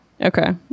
Okay